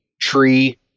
tree